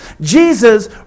Jesus